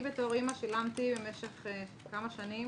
בתור אימא לילד מיוחד שילמתי במשך כמה שנים